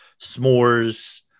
s'mores